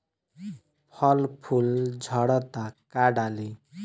फल फूल झड़ता का डाली?